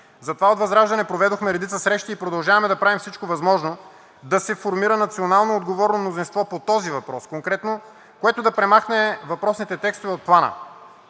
Затова от ВЪЗРАЖДАНЕ проведохме редица срещи и продължаваме да правим всичко възможно да се формира национално отговорно мнозинство по този въпрос – конкретно, което да премахне въпросните текстове от Плана.